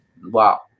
Wow